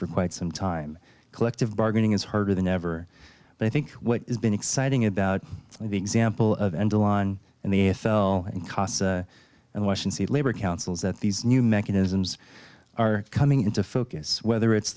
for quite some time collective bargaining is harder than ever but i think what has been exciting about the example of angela on and the a f l in costs and washing see labor councils that these new mechanisms are coming into focus whether it's